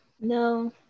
No